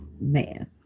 Man